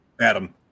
Adam